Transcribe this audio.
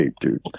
dude